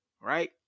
right